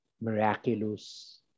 miraculous